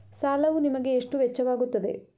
ಸಾಲವು ನಿಮಗೆ ಎಷ್ಟು ವೆಚ್ಚವಾಗುತ್ತದೆ?